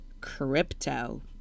crypto